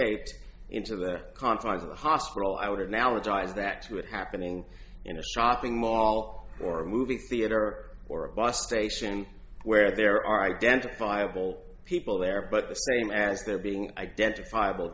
escape into the confines of the hospital i would analogize that to it happening in a shopping mall or a movie theater or a bus station where there are identifiable people there but the same as there being identifiable